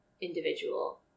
individual